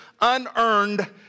unearned